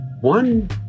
One